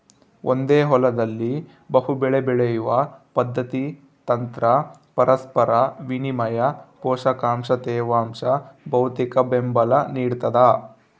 ಒಂದೇ ಹೊಲದಲ್ಲಿ ಬಹುಬೆಳೆ ಬೆಳೆಯುವ ಪದ್ಧತಿ ತಂತ್ರ ಪರಸ್ಪರ ವಿನಿಮಯ ಪೋಷಕಾಂಶ ತೇವಾಂಶ ಭೌತಿಕಬೆಂಬಲ ನಿಡ್ತದ